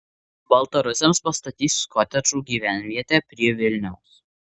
baltarusiams pastatys kotedžų gyvenvietę prie vilniaus